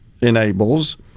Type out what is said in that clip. enables